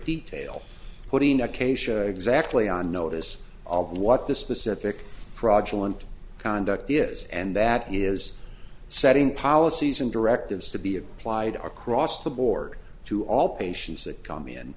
detail putting acacia exactly on notice of what this specific fraudulent conduct is and that is setting policies and directives to be applied across the board to all patients that come in